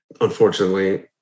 unfortunately